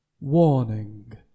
Warning